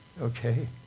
okay